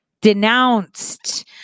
denounced